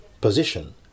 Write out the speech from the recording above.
position